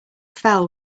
fell